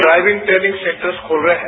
driving training sectors खोल रहे हैं